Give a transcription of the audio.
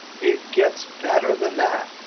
it gets better than that.